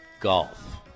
Golf